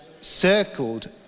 circled